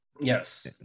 yes